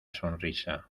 sonrisa